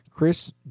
Chris